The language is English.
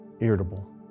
irritable